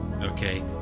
Okay